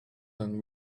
than